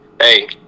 hey